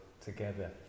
together